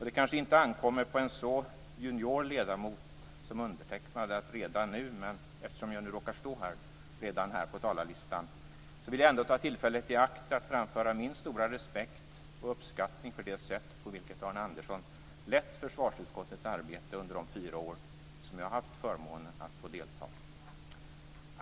Det kanske inte ankommer på en juniorledamot som undertecknad, men eftersom jag nu råkar stå här vill jag ändå ta tillfället i akt att framföra min stora respekt och uppskattning för det sätt på vilket Arne Andersson lett försvarsutskottets arbete under de fyra år som jag har haft förmånen att få delta.